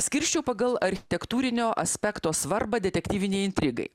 skirsčiau pagal architektūrinio aspekto svarbą detektyvinei intrigai